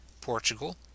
Portugal